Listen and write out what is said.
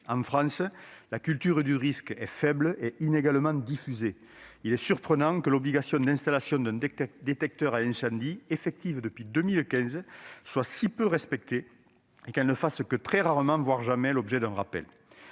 En France, la culture du risque est peu répandue et inégalement diffusée. Il est surprenant que l'obligation d'installation d'un détecteur de fumée, effective depuis 2015, soit si peu respectée et qu'elle ne fasse que très rarement, voire jamais, l'objet d'un rappel.